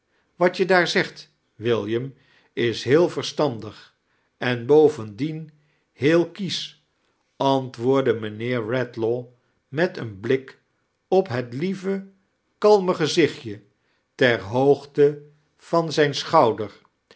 wat je daar zegt william is heel verstandig en bovendien heel kiesch antwoardde mijnheer redlaw met een blfik op het lieve kalme gezichtje ter hoogte van zijn schouideir